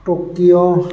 Tokyo